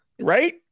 Right